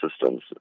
systems